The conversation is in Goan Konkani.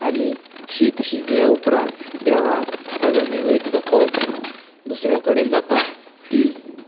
आनी शीत शिजलें उपरांत देवाक ताचो नैवेद्य दाखोवप दुसऱ्या कडेन जाता तीं